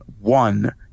One